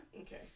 okay